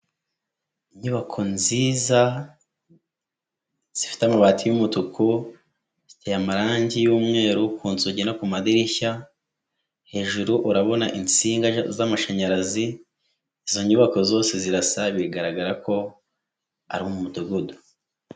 Inyubako nziza zifite amabati y'umutuku, ziteye amarangi y'umweru ku nzugi no ku madirishya, hejuru urabona insinga z'amashanyarazi, izo nyubako zose zirasa bigaragara ko ari umudugudu.